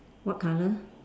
what colour